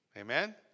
Amen